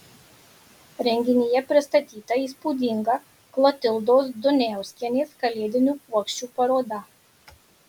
renginyje pristatyta įspūdinga klotildos duniauskienės kalėdinių puokščių paroda